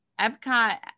epcot